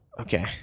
Okay